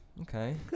okay